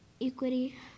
equity